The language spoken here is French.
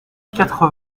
quatre